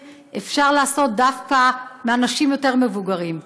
אפשר לעשות דווקא מאנשים יותר מבוגרים.